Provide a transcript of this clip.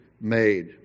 made